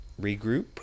regroup